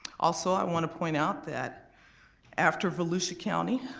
also i wanna point out that after volusia county,